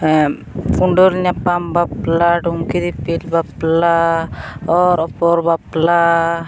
ᱠᱩᱸᱰᱟᱹᱞ ᱧᱟᱯᱟᱢ ᱵᱟᱯᱞᱟ ᱴᱩᱝᱠᱤ ᱫᱤᱯᱤᱞ ᱵᱟᱯᱞᱟ ᱚᱨᱼᱚᱯᱚᱨ ᱵᱟᱯᱞᱟ